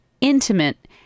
intimate